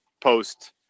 post